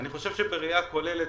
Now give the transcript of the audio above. אני חושב שבראייה כוללת,